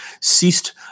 ceased